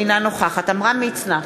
אינה נוכחת עמרם מצנע,